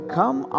come